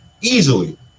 Easily